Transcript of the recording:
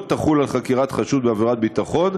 לא תחול על חקירת חשוד בעבירת ביטחון,